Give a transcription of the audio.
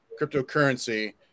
cryptocurrency